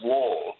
Wall